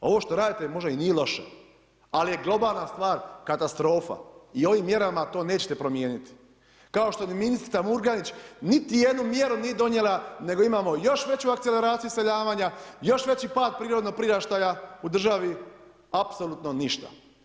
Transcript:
Ovo što radite možda i nije loše, ali je globalna stvar katastrofa i ovim mjerama to nećete promijenit, kao što ni ministrica Murganić niti jednu mjeru nije donijela, nego imamo još veću akceleraciju iseljavanja, još veći pad prirodnog priraštaja u državi, apsolutno ništa.